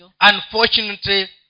Unfortunately